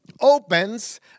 opens